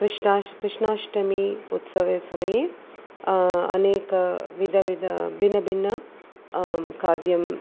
कृष्टाष्ट कृष्णाष्टमी उत्सवे समये अनेकविध विधाः भिन्न भिन्न काद्यम्